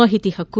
ಮಾಹಿತಿ ಹಕ್ಕು